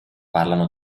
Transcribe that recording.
parlano